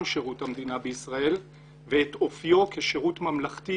שירות המדינה בישראל ואת אופיו כשירות ממלכתי,